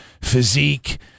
physique